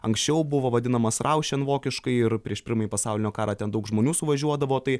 anksčiau buvo vadinamas raušen vokiškai ir prieš pirmąjį pasaulinio karą ten daug žmonių suvažiuodavo tai